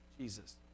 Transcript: Jesus